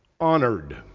honored